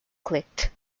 clicked